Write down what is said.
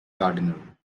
gardiner